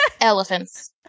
Elephants